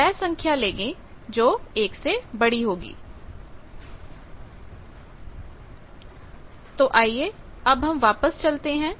हमार कि वह संख्या लेंगे जो 1 से बड़ी होगी तो आइए अब हम वापस चलते हैं